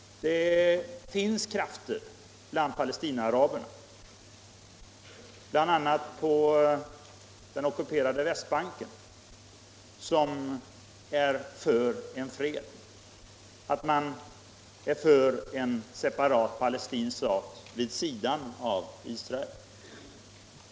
Det finns krafter bland palestinaaraberna, bl.a. på den ockuperade Västbanken, som är för fred, som är för en separat palestinsk stat vid sidan av Israel.